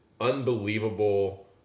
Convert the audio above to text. unbelievable